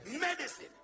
medicine